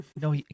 No